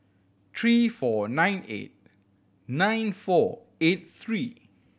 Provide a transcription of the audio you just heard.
three four nine eight nine four eight three